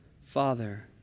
Father